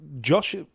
Josh